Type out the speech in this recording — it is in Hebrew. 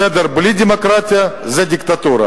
סדר בלי דמוקרטיה, זה דיקטטורה.